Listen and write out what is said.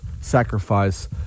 sacrifice